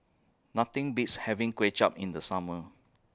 Nothing Beats having Kuay Chap in The Summer